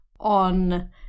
on